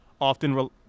often